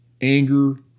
anger